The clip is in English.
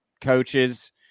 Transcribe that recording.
coaches